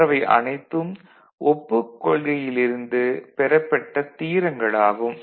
மற்றவை அனைத்தும் ஒப்புக் கொள்கையில் இருந்து பெறப்பட்ட தியரங்கள் ஆகும்